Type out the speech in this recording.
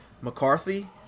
McCarthy –